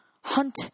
Hunt